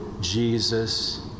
Jesus